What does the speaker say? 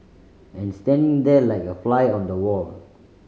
and standing there like a fly on the wall